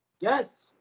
Yes